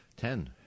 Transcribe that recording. Ten